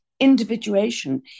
individuation